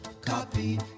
Copy